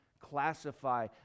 classify